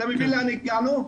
אתה מבין לאן הגענו?